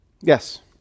yes